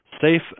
safe